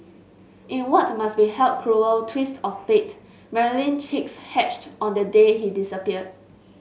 in what must be a cruel twist of fate Marilyn chicks hatched on the day he disappeared